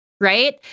Right